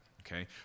okay